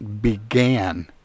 began